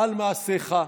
על מעשיך,